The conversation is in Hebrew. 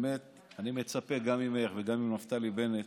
באמת, אני מצפה גם ממך וגם מנפתלי בנט